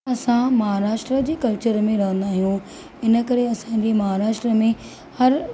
असां महाराष्ट्र जे कल्चर में रहंदा आहियूं हिन करे असांजे महाराष्ट्र में हर